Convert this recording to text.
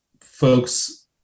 folks